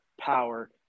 power